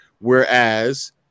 Whereas